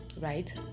right